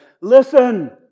listen